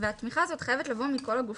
והתמיכה הזאת חייבת לבוא מכל הגופים.